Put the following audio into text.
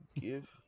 Give